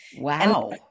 Wow